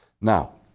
Now